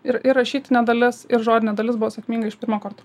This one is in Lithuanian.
ir ir rašytinė dalis ir žodinė dalis buvo sėkminga iš pirmo karto